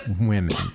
women